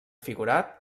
figurat